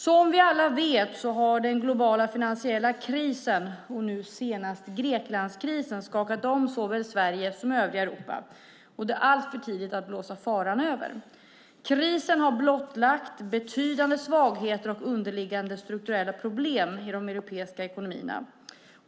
Som vi alla vet har den globala finansiella krisen, och nu senast Greklandskrisen, skakat om såväl Sverige som övriga Europa, och det är alltför tidigt att blåsa faran över. Krisen har blottlagt betydande svagheter och underliggande strukturella problem i de europeiska ekonomierna.